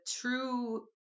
true